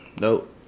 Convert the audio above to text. Nope